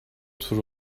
tur